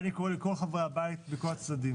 בל אני קורא לכל חברי הבית מכל הצדדים